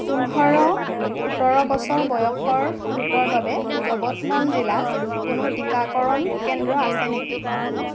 পোন্ধৰ সোতৰ বছৰ বয়সৰ গোটৰ বাবে যৱতমল জিলাত কোনো টিকাকৰণ কেন্দ্ৰ আছে নেকি